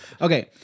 okay